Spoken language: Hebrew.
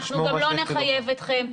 אנחנו גם לא נחייב אתכם.